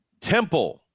temple